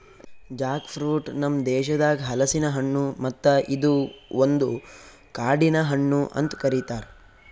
Jack fruit ನಮ್ ದೇಶದಾಗ್ ಹಲಸಿನ ಹಣ್ಣು ಮತ್ತ ಇದು ಒಂದು ಕಾಡಿನ ಹಣ್ಣು ಅಂತ್ ಕರಿತಾರ್